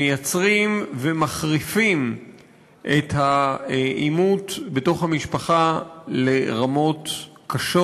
מייצרים ומחריפים את העימות בתוך המשפחה לרמות קשות,